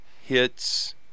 hits